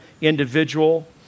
individual